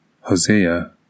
Hosea